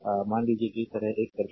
मान लीजिए कि इस तरह एक सर्किट है